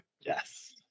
Yes